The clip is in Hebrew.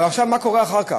מה קורה אחר כך?